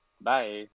Bye